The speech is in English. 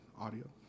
audio